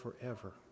forever